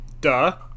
Duh